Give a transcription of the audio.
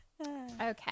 okay